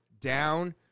down